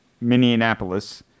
Minneapolis